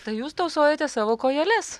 tai jūs tausojate savo kojeles